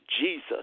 jesus